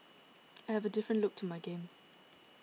I have a different look to my game